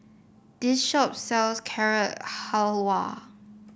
this shop sells Carrot Halwa